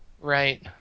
Right